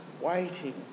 waiting